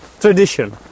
tradition